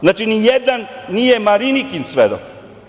Znači, nijedan nije Marinikin svedok.